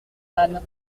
âne